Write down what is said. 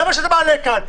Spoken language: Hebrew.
זה מה שאתה מעלה כאן.